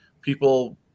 people